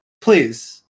please